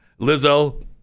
Lizzo